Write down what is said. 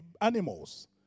animals